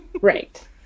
Right